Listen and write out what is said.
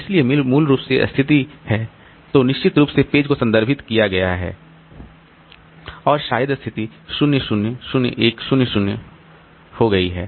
इसलिए मूल रूप से यह स्थिति है तो निश्चित रूप से पेज को संदर्भित किया गया है या शायद स्थिति 0 0 0 1 0 0 हो गई है